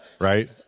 right